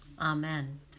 Amen